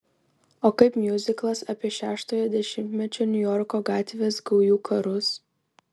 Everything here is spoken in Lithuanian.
o kaip miuziklas apie šeštojo dešimtmečio niujorko gatvės gaujų karus